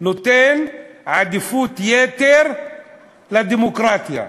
נותן עדיפות יתר לדמוקרטיה.